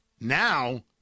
now